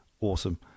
Awesome